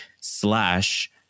slash